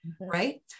right